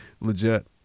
Legit